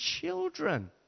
children